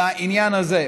לעניין הזה,